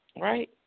Right